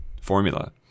formula